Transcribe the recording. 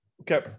Okay